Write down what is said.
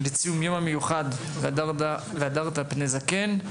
לציון היום המיוחד "והדרת פני זקן".